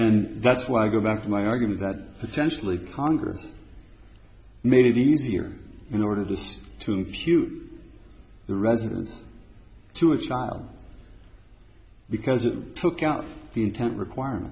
and that's why i go back to my argument that potentially congress made it easier in order just to the residence to a child because it took out the intent requirement